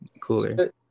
cooler